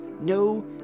no